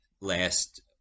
last